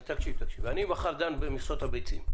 תקשיב: מחר אני דן במכסות הביצים.